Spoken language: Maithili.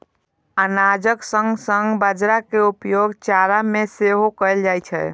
अनाजक संग संग बाजारा के उपयोग चारा मे सेहो कैल जाइ छै